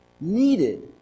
needed